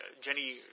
Jenny